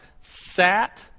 Sat